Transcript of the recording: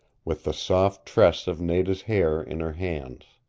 with the soft tress of nada's hair in her hands.